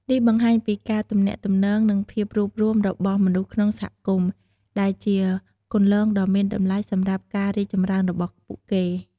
នេះបង្ហាញពីការទំនាក់ទំនងនិងភាពរួបរួមរបស់មនុស្សក្នុងសហគមន៍ ដែលជាគន្លងដ៏មានតម្លៃសម្រាប់ការរីកចម្រើនរបស់ពួកគេ។